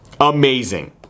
Amazing